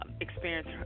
Experience